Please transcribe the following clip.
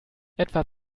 etwa